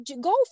go